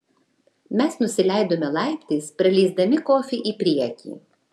mes nusileidome laiptais praleisdami kofį į priekį